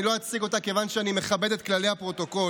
אני לא אציג אותה מכיוון שאני מכבד את כללי הפרוטוקול,